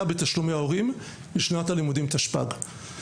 בתשלומי ההורים בשנת הלימודים תשפ"ג.